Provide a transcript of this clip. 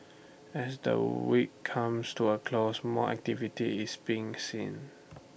as the week comes to A close more activity is being seen